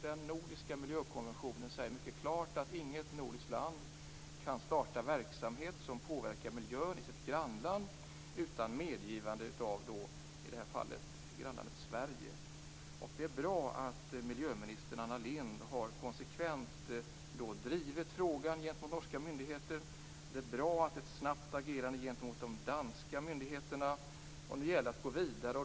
Den nordiska miljökonventionen säger mycket klart att inget nordiskt land kan starta verksamhet som påverkar miljön i sitt grannland utan medgivande av i det här fallet grannlandet Sverige. Det är bra att miljöminister Anna Lindh konsekvent har drivit frågan gentemot norska myndigheter. Det är bra att agerandet är snabbt gentemot de danska myndigheterna. Nu gäller det att gå vidare.